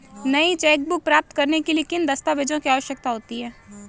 नई चेकबुक प्राप्त करने के लिए किन दस्तावेज़ों की आवश्यकता होती है?